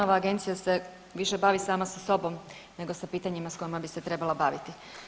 Ova agencija se više bavi sama sa sobom nego sa pitanjima s kojima bi se trebala baviti.